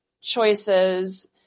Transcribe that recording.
choices